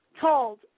told